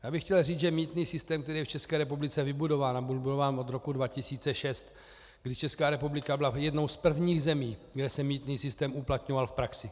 Já bych chtěl říct, že mýtný systém, který je v České republice vybudován a byl budován od roku 2006, kdy Česká republika byla jednou z prvních zemí, kde se mýtný systém uplatňoval v praxi.